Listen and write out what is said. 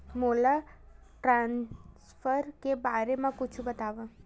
मोला ट्रान्सफर के बारे मा कुछु बतावव?